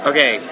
Okay